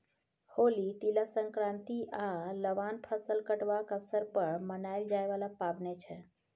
होली, तिला संक्रांति आ लबान फसल कटबाक अबसर पर मनाएल जाइ बला पाबैन छै